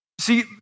See